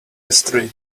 yesterday